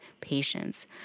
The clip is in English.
patients